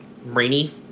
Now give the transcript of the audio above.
rainy